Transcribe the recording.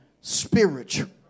spiritual